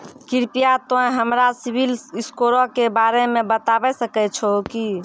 कृपया तोंय हमरा सिविल स्कोरो के बारे मे बताबै सकै छहो कि?